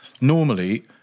normally